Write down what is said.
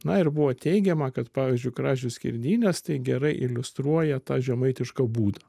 na ir buvo teigiama kad pavyzdžiui kražių skerdynės tai gerai iliustruoja tą žemaitišką būdą